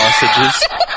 Sausages